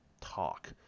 talk